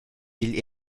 digl